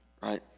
right